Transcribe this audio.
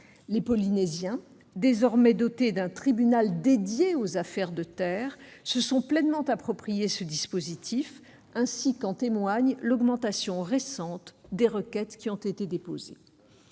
Les Polynésiens, désormais dotés d'un tribunal dédié aux affaires de terre, se sont pleinement approprié ce dispositif, ainsi qu'en l'augmentation récente du nombre des requêtes déposées.